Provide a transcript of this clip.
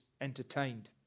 entertained